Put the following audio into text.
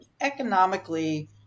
economically